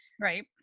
Right